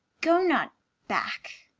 go not back.